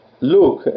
look